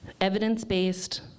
evidence-based